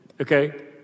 Okay